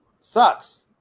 sucks